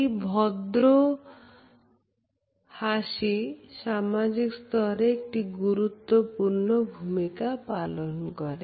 এই ভদ্র হাসি সামাজিক স্তরে একটি গুরুত্বপূর্ণ ভূমিকা পালন করে